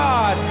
God